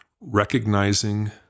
recognizing